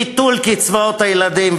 ביטול קצבאות הילדים,